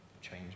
change